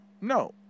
No